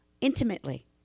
intimately